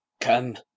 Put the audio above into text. come